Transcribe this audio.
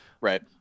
right